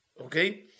Okay